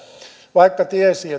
vaikka tiesi